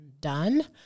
done